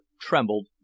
trembled